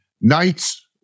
nights